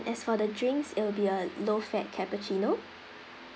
as for the drinks it'll be a low fat cappuccino